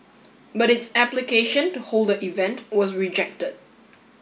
but its application to hold the event was rejected